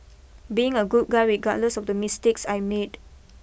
being a good guy regardless of the mistakes I made